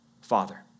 Father